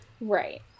Right